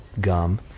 gum